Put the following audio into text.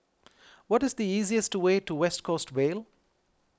what is the easiest way to West Coast Vale